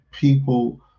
people